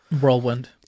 Whirlwind